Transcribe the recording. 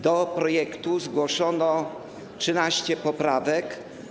Do projektu zgłoszono 13 poprawek.